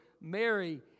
Mary